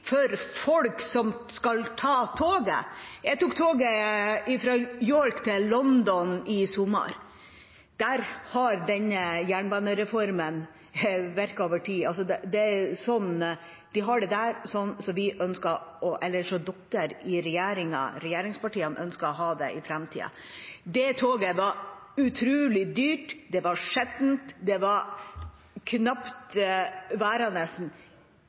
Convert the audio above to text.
for folk som skal ta toget. Jeg tok toget fra York til London i sommer. Der har denne jernbanereformen virket over tid. Sånn de har det der, er sånn regjeringen og regjeringspartiene ønsker å ha det i framtiden. Det toget var utrolig dyrt, det var skittent, det var knapt værende.